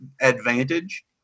advantage